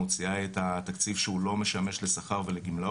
תיקונים.